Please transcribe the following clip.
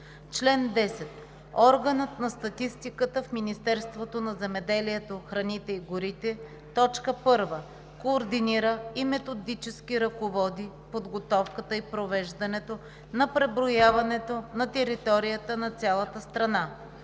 „Чл. 10. Органът на статистиката в Министерството на земеделието, храните и горите: 1. координира и методически ръководи подготовката и провеждането на преброяването на територията на цялата страна;